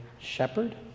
Shepherd